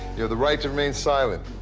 you have the right to remain silent.